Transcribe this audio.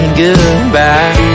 goodbye